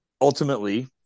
ultimately